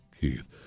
Keith